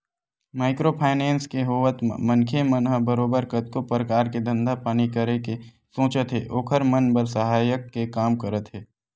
micro finance के होवत म मनखे मन ह बरोबर कतको परकार के धंधा पानी करे के सोचत हे ओखर मन बर सहायक के काम करत हे